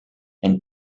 and